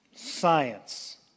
Science